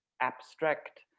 abstract